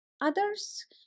others